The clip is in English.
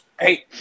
Hey